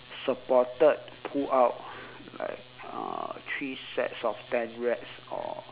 supported pull up like uh three sets of ten reps or